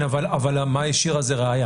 כן, אבל מה היא השאירה זה ראיה.